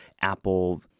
Apple